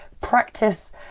practice